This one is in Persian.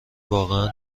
واقعا